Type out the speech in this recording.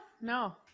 no